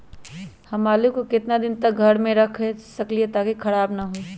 हम आलु को कितना दिन तक घर मे रख सकली ह ताकि खराब न होई?